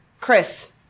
Chris